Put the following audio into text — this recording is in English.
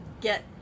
get